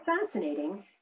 fascinating